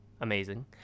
Amazing